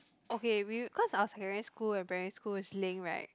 okay we cause our secondary school and primary school is link right